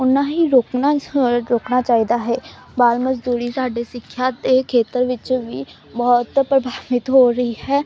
ਉੱਨਾ ਹੀ ਰੋਕਣਾ ਸ ਰੋਕਣਾ ਚਾਹੀਦਾ ਹੈ ਬਾਲ ਮਜ਼ਦੂਰੀ ਸਾਡੇ ਸਿੱਖਿਆ ਦੇ ਖੇਤਰ ਵਿੱਚ ਵੀ ਬਹੁਤ ਪ੍ਰਭਾਵਿਤ ਹੋ ਰਹੀ ਹੈ